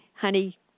honey